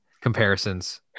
comparisons